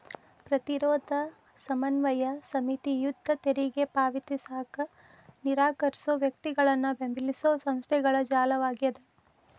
ಪ್ರತಿರೋಧ ಸಮನ್ವಯ ಸಮಿತಿ ಯುದ್ಧ ತೆರಿಗೆ ಪಾವತಿಸಕ ನಿರಾಕರ್ಸೋ ವ್ಯಕ್ತಿಗಳನ್ನ ಬೆಂಬಲಿಸೊ ಸಂಸ್ಥೆಗಳ ಜಾಲವಾಗ್ಯದ